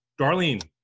Darlene